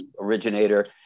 originator